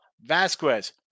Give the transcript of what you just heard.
Vasquez